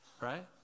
right